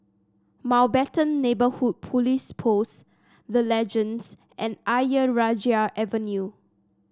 Mountbatten Neighbourhood Police Post The Legends and Ayer Rajah Avenue